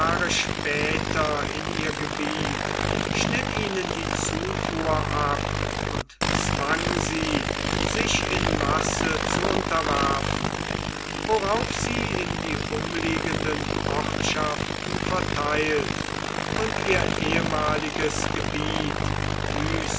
später in ihr gebiet schnitt ihnen die zufuhr ab und zwang sie sich in masse zu unterwerfen worauf sie in die umliegenden ortschaften verteilt und ihr ehemaliges gebiet